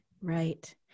Right